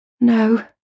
No